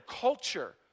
culture